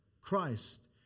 Christ